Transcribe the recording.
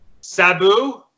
Sabu